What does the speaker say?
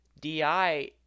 DI